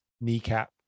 kneecap